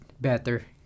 better